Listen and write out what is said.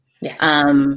Yes